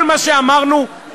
הרי כל מה שאמרנו קרה,